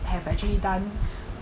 have actually done